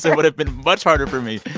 so would have been much harder for me.